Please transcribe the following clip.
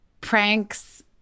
pranks